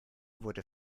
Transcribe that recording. wurde